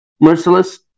Merciless